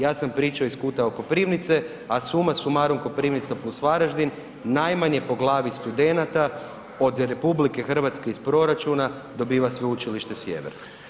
Ja sam pričao iz kuta Koprivnice, a suma sumarum, Koprivnica + Varaždin, najmanje po glavi studenata od RH iz proračuna dobiva Sveučilište Sjever.